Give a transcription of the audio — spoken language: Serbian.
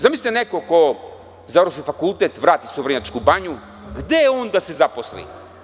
Zamislite neko ko završi fakultet, vrati se u Vrnjačku Banju, gde on da se zaposli?